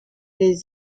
les